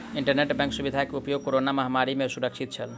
internet bank सुविधा के उपयोग कोरोना महामारी में सुरक्षित छल